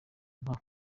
nta